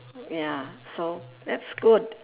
ya so that's good